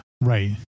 Right